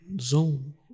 Zoom